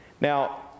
Now